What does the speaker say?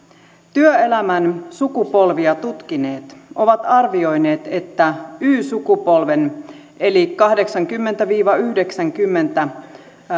työelämän sukupolvia tutkineet ovat arvioineet että y sukupolven eli vuosina kahdeksankymmentä viiva yhdeksänkymmentä